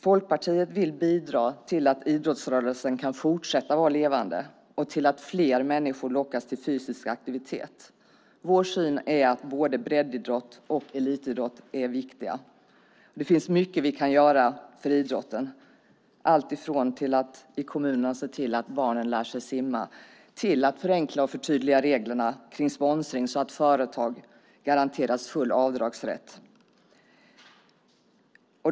Folkpartiet vill bidra till att idrottsrörelsen kan fortsätta att vara levande och till att fler människor lockas till fysisk aktivitet. Vår syn är att både breddidrott och elitidrott är viktiga. Det finns mycket vi kan göra för idrotten, alltifrån att i kommunerna se till att barnen lär sig simma till att förenkla och förtydliga reglerna kring sponsring så att företag garanteras full avdragsrätt.